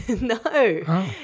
No